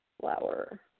flower